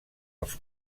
els